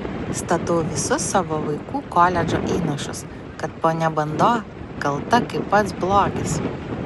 statau visus savo vaikų koledžo įnašus kad ponia bando kalta kaip pats blogis